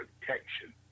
protection